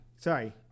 Sorry